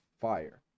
fire